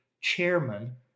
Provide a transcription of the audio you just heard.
chairman